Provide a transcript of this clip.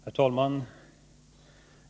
Herr talman!